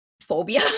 phobia